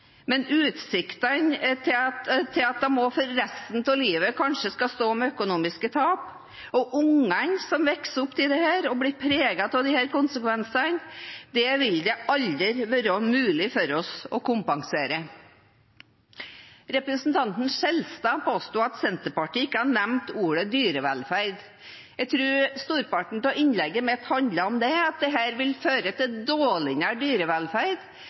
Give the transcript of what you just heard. Men utsiktene til at man for resten av livet kanskje må stå med økonomiske tap, og for ungene som vokser opp i dette og blir preget av disse konsekvensene – det vil det aldri være mulig for oss å kompensere. Representanten Skjelstad påsto at Senterpartiet ikke hadde nevnt ordet «dyrevelferd». Jeg tror storparten av innlegget mitt handlet om det, at dette vil føre til dårligere dyrevelferd,